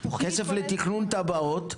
כסף לתכנון תב"עות,